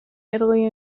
italy